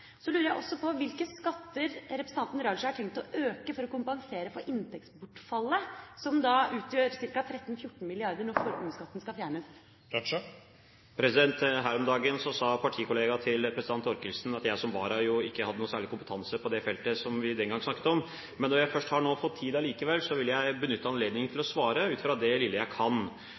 Så lurer jeg også på hvilke skatter representanten Raja har tenkt å øke for å kompensere for inntektsbortfallet, som utgjør ca. 13–14 mrd. kr når formuesskatten skal fjernes. Her om dagen sa en partikollega av representanten Thorkildsen at jeg som vara jo ikke hadde noen særlig kompetanse på det feltet som vi den gang snakket om. Men når jeg nå først har fått tid likevel, vil jeg benytte anledningen til å svare, ut fra det lille jeg kan.